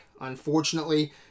unfortunately